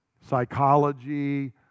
psychology